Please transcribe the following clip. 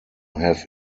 have